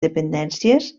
dependències